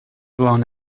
blown